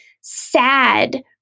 sad